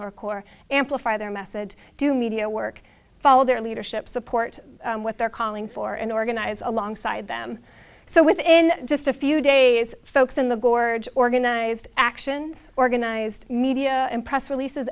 york or amplify their message to media work follow their leadership support what they're calling for an organized alongside them so within just a few days folks in the gorge organized actions organized media and press releases